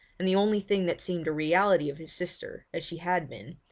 and the only thing that seemed a reality of his sister, as she had been,